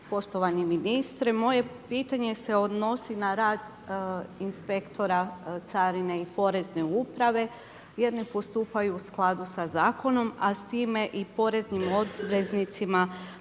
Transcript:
poštovani ministre. Moje pitanje se odnosi na rad inspektora, carine i porezne uprave jer ne postupaju u skladu sa zakonom, a s time i poreznim obveznicima